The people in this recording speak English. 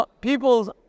People's